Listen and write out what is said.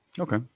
Okay